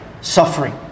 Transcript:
suffering